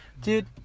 Dude